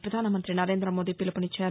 ప్రపధానమంతి నరేంద్రమోదీ పిలుపునిచ్చారు